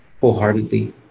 wholeheartedly